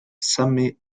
semi